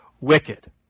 wicked